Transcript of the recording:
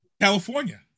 California